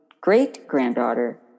great-granddaughter